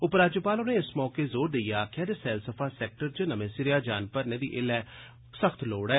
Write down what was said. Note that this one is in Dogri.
उपराज्यपाल होरें इस मौके जोर देइयै आखेआ जे सैलसफा सैक्टर च नमें सिरेया जान भरने दी ऐल्लै सख्त लोड़ ऐ